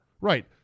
Right